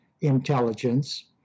intelligence